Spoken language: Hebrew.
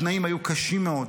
התנאים היו קשים מאוד,